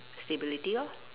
stability lor